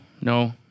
no